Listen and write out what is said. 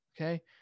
okay